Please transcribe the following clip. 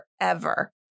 forever